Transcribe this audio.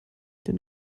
den